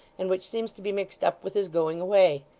and which seems to be mixed up with his going away?